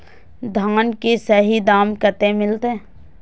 धान की सही दाम कते मिलते?